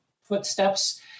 footsteps